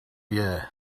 year